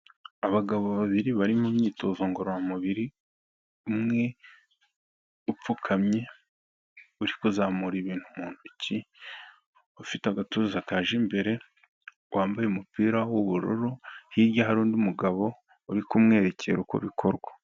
Abagabo babiri bari mu myitozo ngororamubiri, umwe upfukamye uri kuzamura ibintu mu ntoki. Ufite agatuza kaje imbere wambaye umupira w'ubururu, hirya hari undi mugabo uri kumwerekera uko bikorwa.